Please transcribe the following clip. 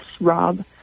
Rob